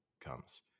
comes